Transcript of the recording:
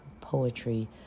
poetry